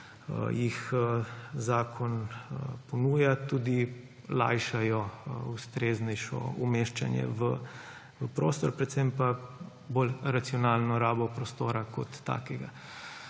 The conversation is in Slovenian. jih zakon ponuja, tudi lajšajo ustreznejše umeščanje v prostor, predvsem pa bolj racionalno rabo prostora kot takega.